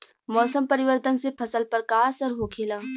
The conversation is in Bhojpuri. मौसम परिवर्तन से फसल पर का असर होखेला?